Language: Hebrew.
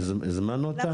הזמנו אותם?